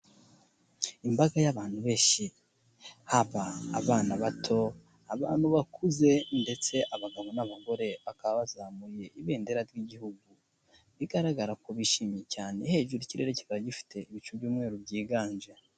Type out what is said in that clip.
Imbaga y'abantu benshi, haba abana bato, abantu bakuze ndetse abagabo n'abagore, bakaba bazamuye ibendera ry'Igihugu. Bigaragara ko bishimye cyane, hejuru ikirere kikaba gifite ibicu by'umweru byiganje.